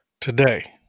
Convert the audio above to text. today